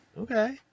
Okay